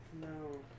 No